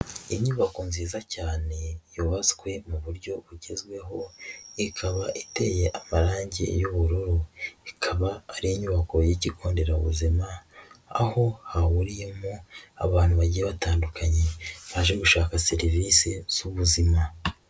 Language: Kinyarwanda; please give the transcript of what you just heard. Inyubako nziza cyane yubatswe mu buryo bugezweho ikaba iteye amarangi y'ubururu, ikaba ari inyubako y'ikigo nderabuzima aho hahuriyemo abantu bagiye batandukanye baje gushaka serivise z'ubuzima.